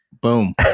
Boom